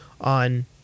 on